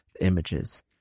images